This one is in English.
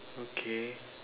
okay